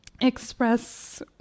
express